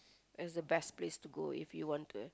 where's the best place to go if you want to have